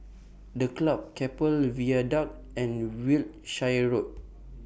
The Club Keppel Viaduct and Wiltshire Road